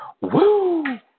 woo